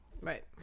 Right